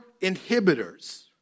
inhibitors